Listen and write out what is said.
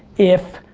if